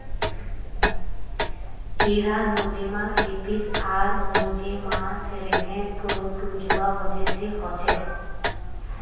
इरा nosema apis आर nosema ceranae protozoa वजह से होछे